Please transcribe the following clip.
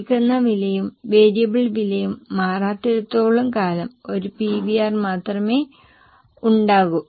വിൽക്കുന്ന വിലയും വേരിയബിൾ വിലയും മാറാത്തിടത്തോളം കാലം ഒരു PVR മാത്രമേ ഉണ്ടാകൂ